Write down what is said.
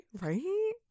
right